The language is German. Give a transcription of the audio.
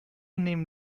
nehmen